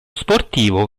sportivo